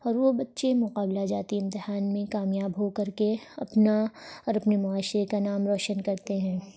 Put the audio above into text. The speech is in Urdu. اور وہ بچے مقابلہ جاتی امتحان میں کامیاب ہو کر کے اپنا اور اپنے معاشرے کا نام روشن کرتے ہیں